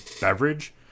beverage